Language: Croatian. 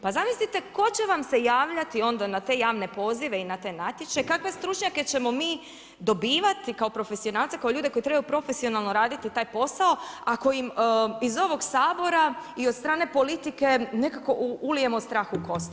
Pa zamislite tko će vam se javljati onda na te javne pozive i na te natječaje, kakve stručnjake ćemo mi dobivati kao profesionalce, kao ljude koji trebaju profesionalno raditi taj posao ako im iz ovog Sabora i od strane politike nekako ulijemo strah u kosti.